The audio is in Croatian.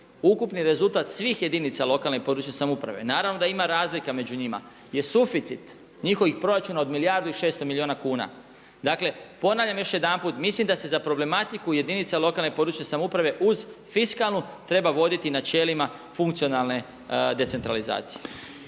ukupni rezultat svih jedinice lokalne (regionalne) i područne samouprave, naravno da ima razlika među njima, je suficit njihovih proračuna od milijardu i 600 milijuna kuna. Dakle ponavljam još jedanput, mislim da se za problematiku jedinice lokalne (regionalne) i područne samouprave uz fiskalnu treba voditi načelima funkcionalne decentralizacije.